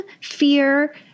fear